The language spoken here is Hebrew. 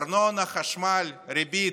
ארנונה, חשמל, ריבית,